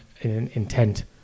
intent